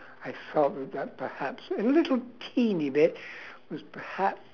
I thought that perhaps a little teeny bit was perhaps